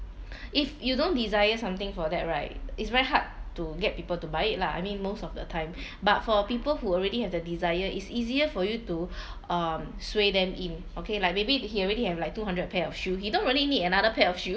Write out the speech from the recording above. if you don't desires something for that right it's very hard to get people to buy it lah I mean most of the time but for people who already have the desire it's easier for you to um sway them in okay like maybe he already have like two hundred pair of shoe he don't really need another pair of shoe